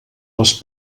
les